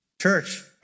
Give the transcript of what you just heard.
Church